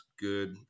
good